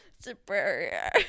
Superior